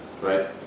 right